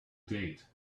date